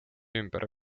ümber